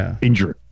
injury